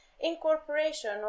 incorporation